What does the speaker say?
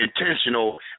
intentional